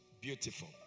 beautiful